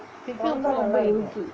Kickapoo ரொம்ப இனிப்பு:romba inippu